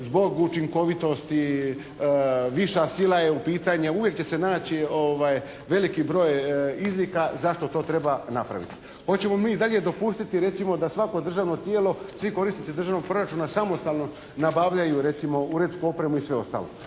zbog učinkovitosti, viša sila je u pitanju, uvijek će se naći veliki broj izlika zašto to treba napraviti. Hoćemo li mi i dalje dopustiti recimo da svako državno tijelo, svi korisnici državnog proračuna samostalno nabavljaju recimo uredsku opremu i sve ostalo,